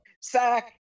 sack